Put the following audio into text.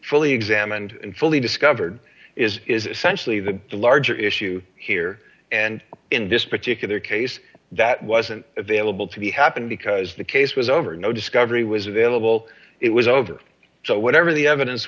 fully examined and fully discovered is is essentially the larger issue here and in this particular case that wasn't available to the happened because the case was over no discovery was available it was over so whatever the evidence